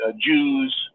Jews